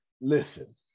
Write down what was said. Listen